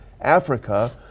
Africa